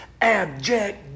abject